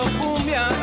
cumbia